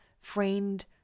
friend